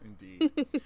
Indeed